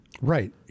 Right